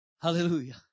Hallelujah